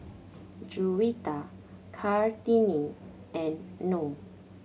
Juwita Kartini and Noh